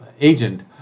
agent